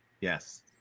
Yes